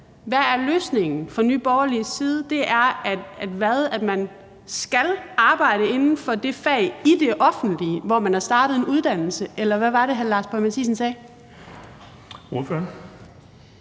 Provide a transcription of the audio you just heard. Hvad er løsningen fra Nye Borgerliges side – at man skal arbejde inden for det fag i det offentlige, hvor man er startet på en uddannelse, eller hvad var det, hr. Lars Boje Mathiesen sagde? Kl.